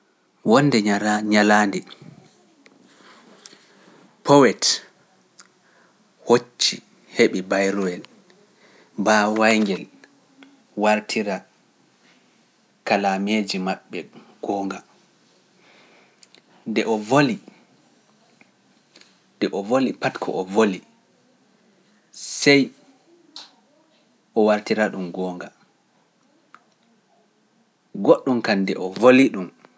Wonde nyalande poet hocci wongel bindirgel bolide maako goonga. ko o wolwi pat binndirgelngel sai wartira dun gonga. goddun kam nde o voli dun